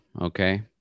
Okay